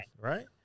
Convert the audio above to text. right